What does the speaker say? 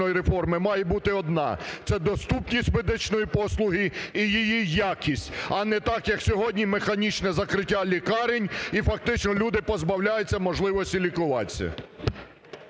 має бути одна – це доступність медичної послуги і її якість. А не так, як сьогодні, механічне закриття лікарень і фактично люди позбавляються можливості лікуватися.